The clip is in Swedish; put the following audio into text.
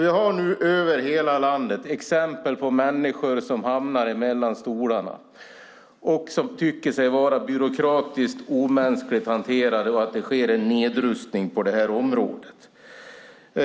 Vi har över hela landet exempel på människor som hamnar mellan stolarna och som tycker sig vara byråkratiskt omänskligt hanterade. De ser att det sker en nedrustning på det här området.